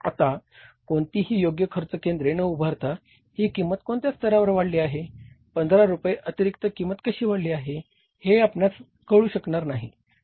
आता कोणतीही योग्य खर्च केंद्रे न उभारता ही किंमत कोणत्या स्तरावर वाढली आहे पंधरा रुपये अतिरिक्त किंमत कशी वाढली हे आपणास कळू शकणार नाही